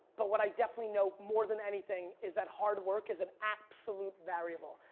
but what i definitely know more than anything is that hard work is an absolute variable.